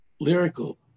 lyrical